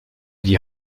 die